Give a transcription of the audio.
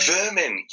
Vermin